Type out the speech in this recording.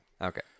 Okay